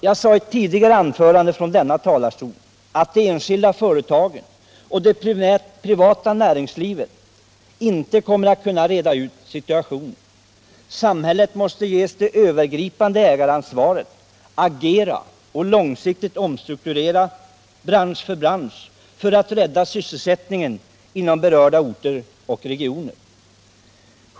Jag sade i ett tidigare anförande från denna talarstol, att de enskilda företagen och det privata näringslivet inte kommer att kunna reda ut situationen. Samhället måste ges det övergripande ägaransvaret, agera och långsiktigt omstrukturera bransch för bransch för att rädda sysselsättningen inom berörda orter och regioner.